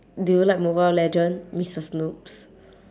do you like mobile legend missus noobs